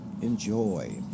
enjoy